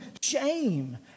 shame